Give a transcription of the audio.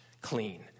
clean